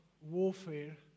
warfare